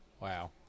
Wow